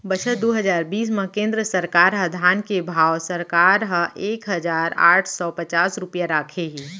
बछर दू हजार बीस म केंद्र सरकार ह धान के भाव सरकार ह एक हजार आठ सव पचास रूपिया राखे हे